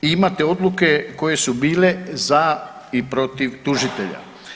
Imate odluke koje su bile za i protiv tužitelja.